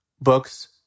books